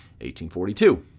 1842